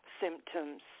symptoms